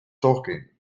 talking